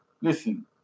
listen